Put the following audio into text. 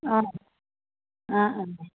অঁ অঁ অঁ